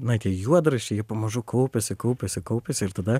na tie juodraščiai jie pamažu kaupiasi kaupiasi kaupiasi ir tada